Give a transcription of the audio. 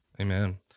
Amen